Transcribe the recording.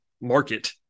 market